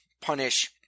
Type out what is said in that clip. punish